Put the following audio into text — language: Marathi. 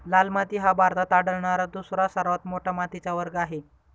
लाल माती हा भारतात आढळणारा दुसरा सर्वात मोठा मातीचा वर्ग आहे